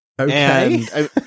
Okay